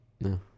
no